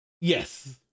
Yes